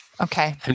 Okay